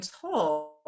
told